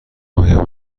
آیا